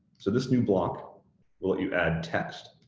so this new block will let you add text,